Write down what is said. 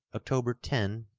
october ten,